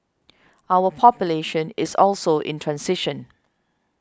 our population is also in transition